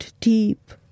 deep